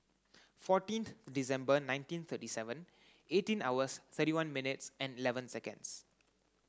fourteenth December nineteen thirty seven eighteen hours thirty one minutes and eleven seconds